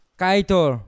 kaitor